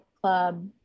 club